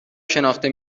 شناخته